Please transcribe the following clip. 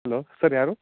hello sir ಯಾರು